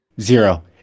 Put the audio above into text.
Zero